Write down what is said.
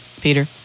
Peter